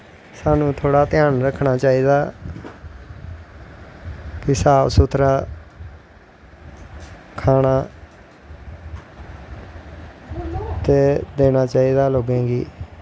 साह्नू थोह्ड़ा ध्यान रक्खनां चाही दा कि साफ सुघरा खानां ते देनां चाही दा लोकें गी